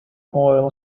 oil